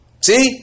See